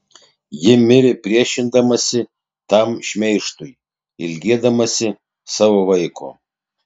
ji mirė priešindamasi tam šmeižtui ilgėdamasi savo vaiko